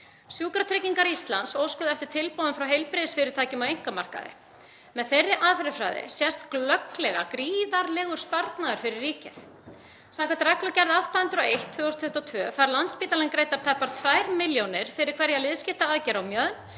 Sjúkratryggingar Íslands óskuðu eftir tilboðum frá heilbrigðisfyrirtækjum á einkamarkaði. Með þeirri aðferðafræði sést glögglega gríðarlegur sparnaður fyrir ríkið. Samkvæmt reglugerð nr. 801/2022 fær Landspítalinn greiddar tæpar 2 milljónir fyrir hverja liðskiptaaðgerð á mjöðm,